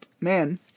man